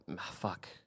Fuck